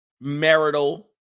marital